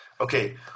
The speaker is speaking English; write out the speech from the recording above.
Okay